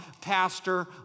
pastor